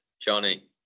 Johnny